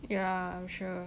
ya I'm sure